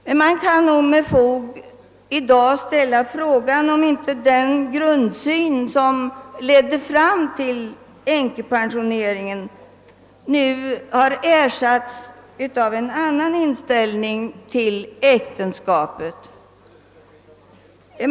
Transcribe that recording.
Man kan då i dag med fog ställa frågan om inte den grundsyn som ledde fram till änkepensioneringen nu har ersatts av en annan inställning till äktenskapet.